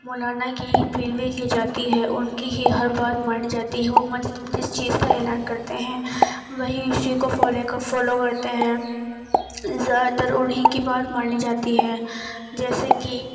مولانا کی پیروی کی جاتی ہے ان کی ہی ہر بات مانی جاتی ہے وہ مسجد میں جس چیز کا اعلان کرتے ہیں وہی اسی کو فالو کرتے ہیں زیادہ تر انہیں کی بات مانی جاتی ہے جیسے کہ